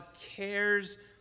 cares